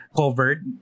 covered